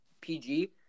PG